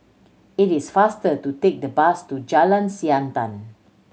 it is faster to take the bus to Jalan Siantan